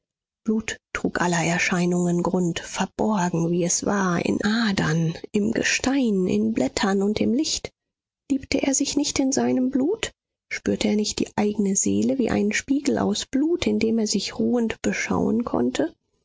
blut trug aller erscheinungen grund verborgen wie es war in adern im gestein in blättern und im licht liebte er sich nicht in seinem blut spürte er nicht die eigne seele wie einen spiegel aus blut in dem er sich ruhend beschauen konnte